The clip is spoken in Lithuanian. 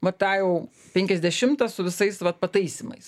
va tą jau penkiasdešimtą su visais vat pataisymais